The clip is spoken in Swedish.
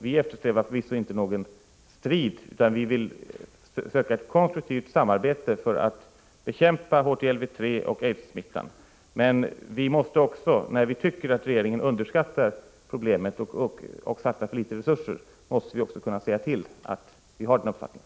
Vi eftersträvar förvisso inte någon strid, utan vi söker nå fram till ett konstruktivt samarbete i syfte att bekämpa HTLV-III-viruset. Men när vi tycker att regeringen underskattar problemet och avsätter för små resurser, måste vi också få säga att vi har den uppfattningen.